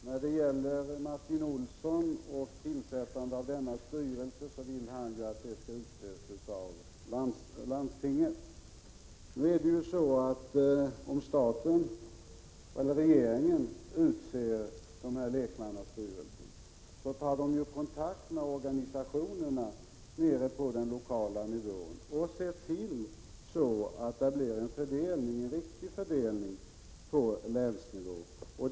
Herr talman! Martin Olsson vill att kronofogdemyndigheternas styrelser skall utses av landstingen. Men när regeringen utser lekmannastyrelserna tar man från regeringens sida självfallet kontakt med organisationerna på den lokala nivån och ser till att det blir en riktig fördelning på länsnivån.